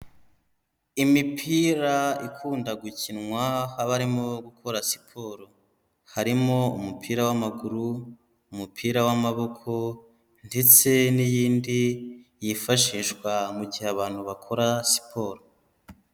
Imipira ikunda gukinwa aho barimo gukora siporo; harimo umupira w'amaguru, umupira w'amaboko, ndetse n'iyindi yifashishwa mu gihe abantu bakora siporo.